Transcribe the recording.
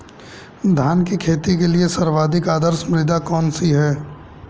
धान की खेती के लिए सर्वाधिक आदर्श मृदा कौन सी है?